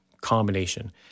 combination